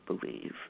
believe